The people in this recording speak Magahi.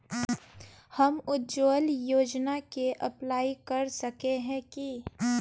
हम उज्वल योजना के अप्लाई कर सके है की?